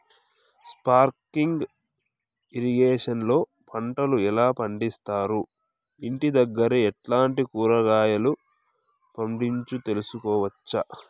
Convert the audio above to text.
Sprinkle irrigation లో పంటలు ఎలా పండిస్తారు, ఇంటి దగ్గరే ఎట్లాంటి కూరగాయలు పండించు తెలుసుకోవచ్చు?